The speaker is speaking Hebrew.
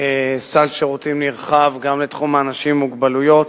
סל שירותים נרחב גם לתחום האנשים עם מוגבלויות.